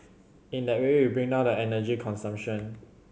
in that way we bring down the energy consumption